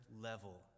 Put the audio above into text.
level